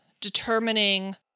determining